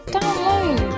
Download